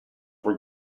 were